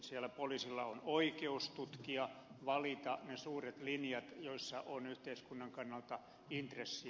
siellä poliisilla on oikeus tutkia valita ne suuret linjat joissa on yhteiskunnan kannalta intressiä